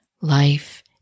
life